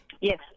Yes